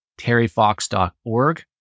terryfox.org